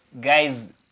Guys